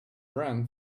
ran